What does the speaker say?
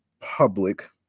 public